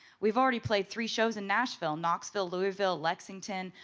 we've already played three shows in nashville, knoxville, louisville, lexington.